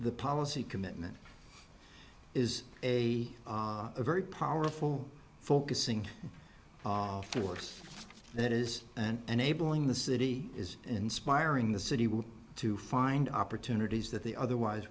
the policy commitment is a very powerful focusing force that is an enabling the city is inspiring the city will to find opportunities that they otherwise